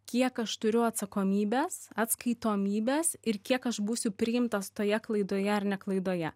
kiek aš turiu atsakomybės atskaitomybės ir kiek aš būsiu priimtas toje klaidoje ar ne klaidoje